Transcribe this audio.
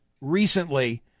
recently